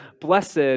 blessed